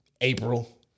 April